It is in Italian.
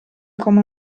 come